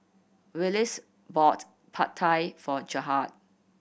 Willis bought Pad Thai for Gerhard